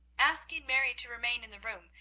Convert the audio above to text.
asking mary to remain in the room,